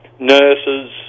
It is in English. Nurses